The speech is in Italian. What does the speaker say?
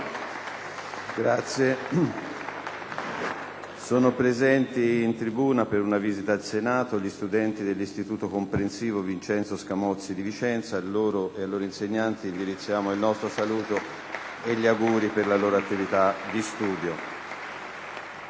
Sono presenti in tribuna, per una visita al Senato, gli studenti dell'Istituto comprensivo «Vincenzo Scamozzi» di Vicenza. A loro e ai loro insegnanti indirizziamo il nostro saluto e gli auguri per la loro attività di studio.